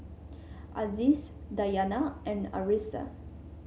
Aziz Dayana and Arissa